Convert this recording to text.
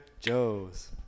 Joe's